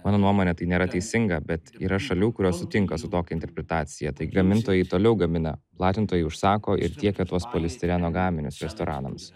mano nuomone tai nėra teisinga bet yra šalių kurios sutinka su tokia interpretacija tai gamintojai toliau gamina platintojai užsako ir tiekia tuos polistireno gaminius restoranams